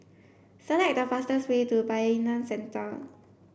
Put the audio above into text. select the fastest way to Bayanihan Center